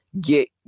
get